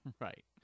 Right